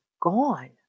gone